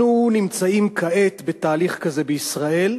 אנחנו נמצאים כעת בתהליך כזה בישראל,